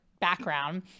background